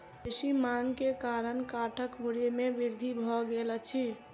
बेसी मांग के कारण काठक मूल्य में वृद्धि भ गेल अछि